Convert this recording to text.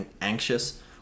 anxious